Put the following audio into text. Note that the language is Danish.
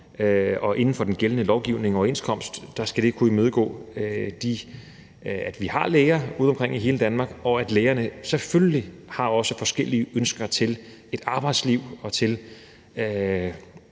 og inden for den gældende lovgivning og overenskomst skal det ikke kunne imødegå, at vi har læger ude omkring i hele Danmark, og at lægerne selvfølgelig også har forskellige ønsker til et arbejdsliv og til,